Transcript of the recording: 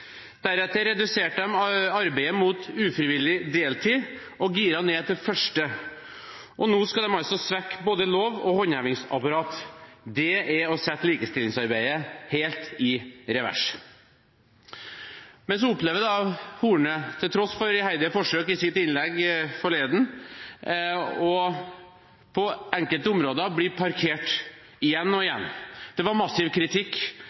Deretter reduserte de arbeidet mot ufrivillig deltid og giret ned til første. Nå skal de altså svekke både lov og håndhevingsapparat. Det er å sette likestillingsarbeidet helt i revers. Men så opplever Horne – til tross for iherdige forsøk i sitt innlegg forleden – på enkelte områder å bli parkert, igjen og igjen. Det var massiv kritikk